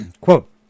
quote